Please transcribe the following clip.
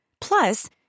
Plus